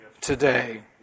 today